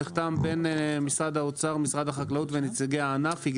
שנחתם בין משרד האוצר משרד החקלאות ונציגי הענף,